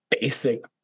Basic